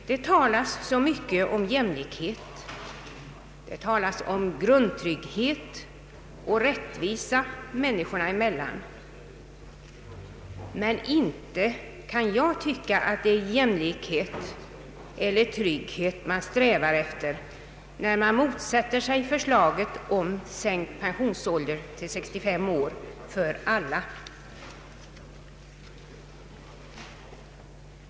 Det talas så mycket om jämlikhet, och det talas om grundtrygghet och rättvisa människorna emellan, men inte kan jag tycka att det är jämlikhet eller trygghet man strävar efter, när man motsätter sig förslaget om sänkt pensionsålder till 65 år för alla.